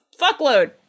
fuckload